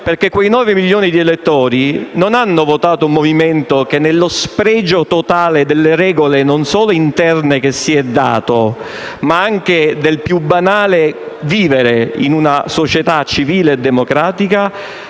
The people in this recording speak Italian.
Quei nove milioni di elettori, infatti, non hanno votato un Movimento che, nello spregio totale delle regole, non solo interne, che si è dato, ma anche nello spregio del più banale vivere in una società civile e democratica,